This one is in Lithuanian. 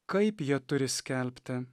kaip jie turi skelbti